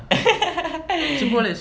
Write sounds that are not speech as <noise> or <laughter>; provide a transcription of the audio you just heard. <laughs>